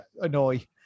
annoy